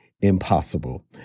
impossible